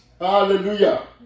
hallelujah